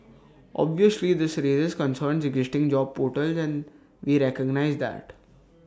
obviously this raises concerns existing job portals and we recognise that